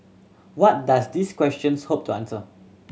what does these questions hope to answer